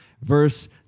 Verse